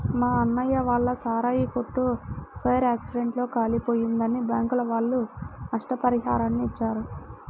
మా అన్నయ్య వాళ్ళ సారాయి కొట్టు ఫైర్ యాక్సిడెంట్ లో కాలిపోయిందని బ్యాంకుల వాళ్ళు నష్టపరిహారాన్ని ఇచ్చారు